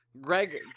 Greg